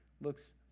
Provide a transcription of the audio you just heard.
looks